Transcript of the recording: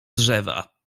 drzewa